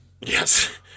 Yes